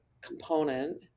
component